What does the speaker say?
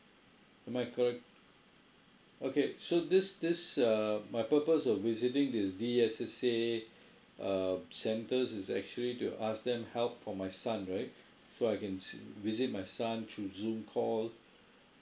am I correct okay so this this uh my purpose of visiting this D_S_S_A uh centres is actually to ask them help for my son right so I can see visit my son through zoom call